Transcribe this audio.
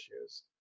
issues